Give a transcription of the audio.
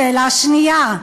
שאלה שנייה: